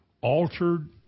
altered